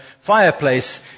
fireplace